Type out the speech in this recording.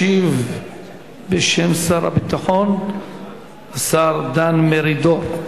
ישיב בשם שר הביטחון השר דן מרידור.